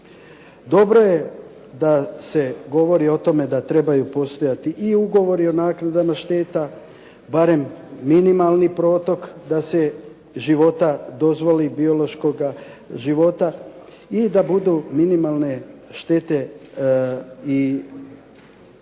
Dobro je da se govori o tome da trebaju postojati i ugovori o naknadama šteta, barem minimalni protok barem da se života dozvoli biološkog života i da budu minimalne štete i da